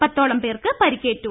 പത്തോളം പേർക്ക് പരി ക്കേറ്റു